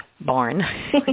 barn